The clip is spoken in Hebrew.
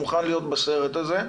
הוא מוכן להיות בסרט הזה.